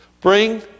bring